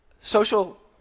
social